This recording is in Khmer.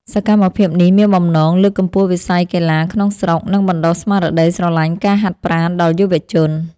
សកម្មភាពនេះមានបំណង លើកកម្ពស់វិស័យកីឡាក្នុងស្រុក និងបណ្ដុះស្មារតីស្រឡាញ់ការហាត់ប្រាណដល់យុវជន។